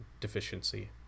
deficiency